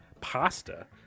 pasta